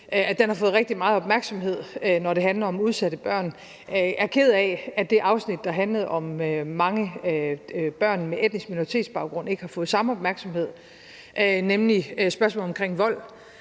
flere – har fået rigtig meget opmærksomhed, når det handler om udsatte børn. Jeg er ked af, at det afsnit, der handlede om mange børn med etnisk minoritetsbaggrund, ikke har fået samme opmærksomhed, nemlig spørgsmålet omkring vold,